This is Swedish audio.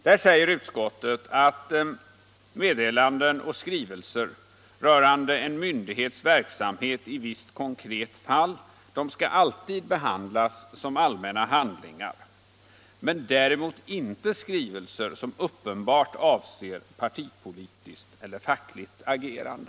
Där säger utskottet att meddelanden och skrivelser rörande en myndighets verksamhet i visst konkret fall alltid skall behandlas som allmänna handlingar, däremot inte skrivelser som uppenbart avser partipolitiskt eller fackligt agerande.